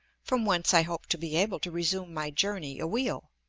from whence i hope to be able to resume my journey a-wheel.